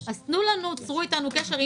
צרו אתנו קשר,